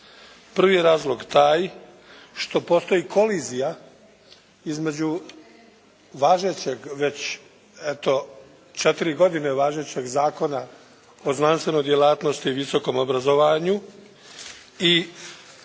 Prvi razlog je taj što postoji kolizija između važećeg već eto četiri godine važećeg Zakona o znanstvenoj djelatnosti i visokom obrazovanju i